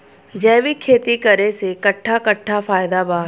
जैविक खेती करे से कट्ठा कट्ठा फायदा बा?